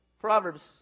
Proverbs